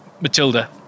Matilda